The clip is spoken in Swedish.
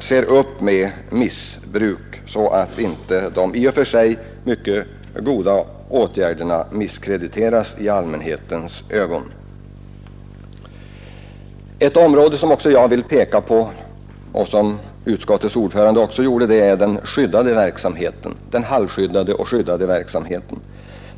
ser upp med missbruk, så att inte de i och för sig mycket goda åtgärderna misskrediteras i allmänhetens ögon. Ett område som jag också vill peka på, liksom utskottets ordförande gjorde, är den halvskyddade och skyddade verksamheten.